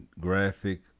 graphic